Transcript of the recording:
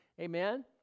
amen